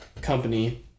company